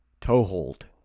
toehold